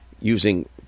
using